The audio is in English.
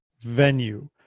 venue